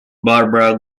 barbara